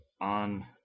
on